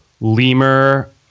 lemur